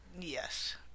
Yes